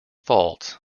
faults